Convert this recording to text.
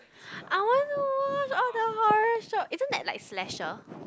I want to watch all the horror show isn't that like slasher